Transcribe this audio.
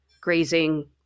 grazing